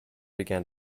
began